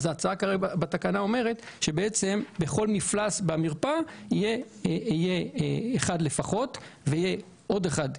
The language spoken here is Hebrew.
ההצעה בתקנה אומרת שבכל מפלס במרפאה יהיה אחד לפחות ויהיה עוד אחד.